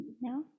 No